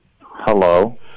Hello